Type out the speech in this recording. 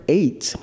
eight